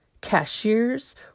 cashiers